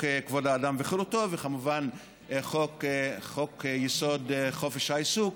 כבוד האדם וחירותו וכמובן חוק-יסוד: חופש העיסוק.